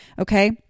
Okay